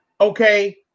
Okay